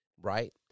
right